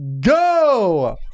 go